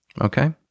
Okay